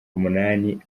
umunani